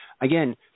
Again